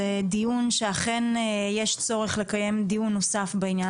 זה דיון שאכן יש צורך לקיים דיון נוסף בעניין.